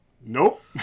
Nope